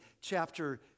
chapter